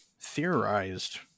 theorized